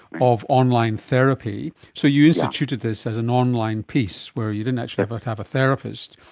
of online therapy. so you instituted this as an online piece where you didn't actually have have a therapist,